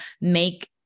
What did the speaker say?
make